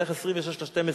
בתאריך 26 בדצמבר,